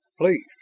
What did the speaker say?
Please